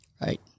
right